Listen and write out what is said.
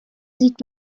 sieht